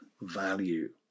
value